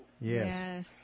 Yes